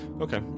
Okay